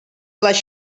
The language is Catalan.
les